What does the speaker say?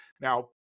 Now